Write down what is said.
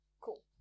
Cool